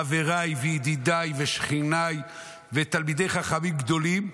חבריי וידידיי ושכניי ותלמידי חכמים גדולים,